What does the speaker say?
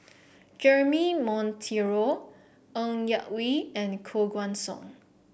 Jeremy Monteiro Ng Yak Whee and Koh Guan Song